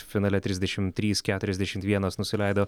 finale trisdešimt trys keturiasdešimt vienas nusileido